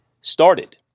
started